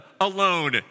alone